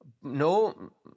no